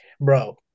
bro